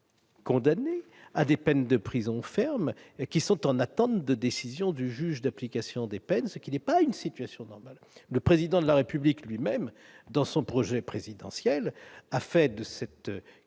condamnées à des peines de prison ferme seraient en attente d'une décision du juge de l'application des peines. Ce n'est pas normal ! Le Président de la République lui-même, dans son projet présidentiel, a fait de cette